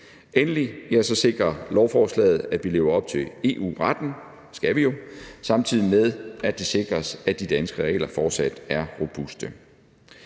Endelig sikrer lovforslaget, at vi lever op til EU-retten, det skal vi jo, samtidig med at det sikres, at de danske regler fortsat er robuste.